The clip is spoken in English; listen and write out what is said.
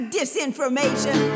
disinformation